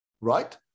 right